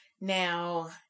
Now